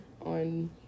on